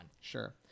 sure